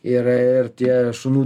ir tie šunų